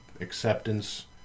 Acceptance